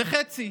זה חצי,